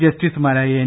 ജസ്റ്റിസുമാരായ എൻ